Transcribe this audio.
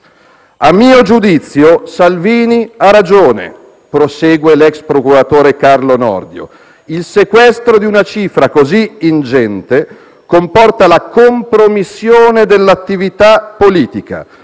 «A mio giudizio, Salvini ha ragione», prosegue l'ex procuratore Carlo Nordio. «Il sequestro di una cifra così ingente comporta la compromissione dell'attività politica.